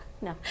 No